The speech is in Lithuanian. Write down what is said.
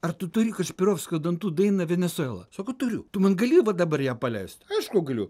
ar tu turi kašpirovskio dantų dainą venesuela sako turiu tu man gali va dabar ją paleist aišku galiu